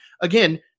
again